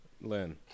Lynn